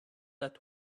let